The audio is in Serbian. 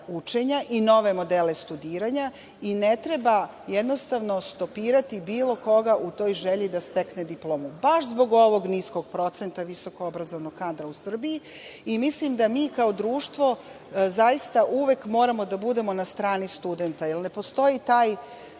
i nove modele studiranja i ne treba stopirati bilo koga u toj želji da stekne diplomu, baš zbog ovog niskog procenta visokoobrazovnog kadra u Srbiji. Mislim da mi kao društvo zaista uvek moramo da budemo na strani studenta, jer ne postoji taj